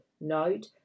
note